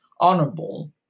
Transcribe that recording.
honorable